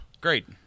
Great